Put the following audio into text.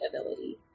ability